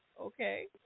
Okay